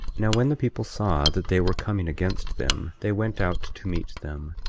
now when the people saw that they were coming against them they went out to meet them,